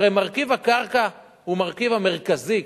הרי מרכיב הקרקע הוא המרכיב המרכזי.